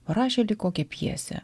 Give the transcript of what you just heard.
parašė lyg kokią pjesę